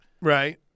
Right